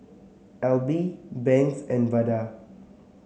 Alby Banks and Vada